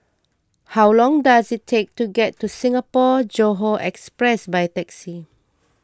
how long does it take to get to Singapore Johore Express by taxi